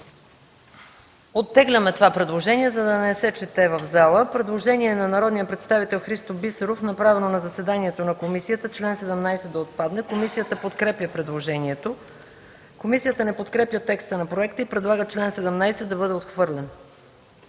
Оттегляме това предложение, за да не се чете в залата. Предложение на народния представител Христо Бисеров, направено на заседанието на комисията – чл. 17 да отпадне. Комисията подкрепя предложението. Комисията не подкрепя текста на проекта и предлага чл. 17 да бъде отхвърлен.